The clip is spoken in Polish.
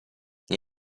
nie